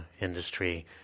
industry